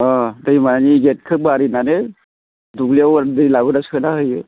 अह दैमानि गेटखौ मारिनानै दुब्लियाव दै लाबोना सोना होयो